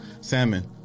salmon